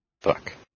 Fuck